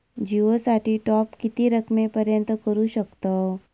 जिओ साठी टॉप किती रकमेपर्यंत करू शकतव?